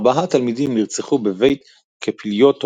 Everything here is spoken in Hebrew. ארבעה תלמידים נרצחו ב"בית קפיליוטו־בורלנד",